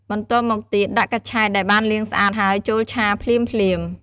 បន្ទាប់មកទៀតដាក់ កញ្ឆែត ដែលបានលាងស្អាតហើយចូលឆាភ្លាមៗ។